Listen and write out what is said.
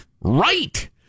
Right